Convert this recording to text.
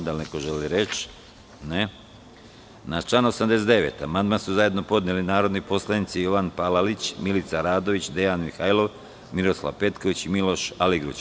Da li neko želi reč? (Ne.) Na član 89. amandman su zajedno podneli narodni poslanici Jovan Palalić, Milica Radović, Dejan Mihajlov, Miroslav Petković i Miloš Aligrudić.